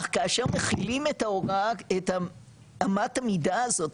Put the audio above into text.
אך כאשר מחילים את ההוראה את אמת המידה הזאת,